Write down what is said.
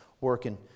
working